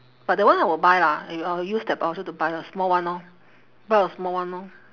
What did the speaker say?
but that one I will buy lah I I will use that voucher to buy a small one lor buy a small one lor